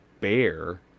bear